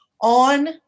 on